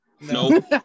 No